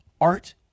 art